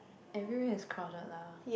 everywhere is crowded lah